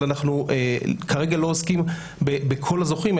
אבל אנחנו כרגע לא עוסקים בכל הזוכים,